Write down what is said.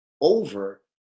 over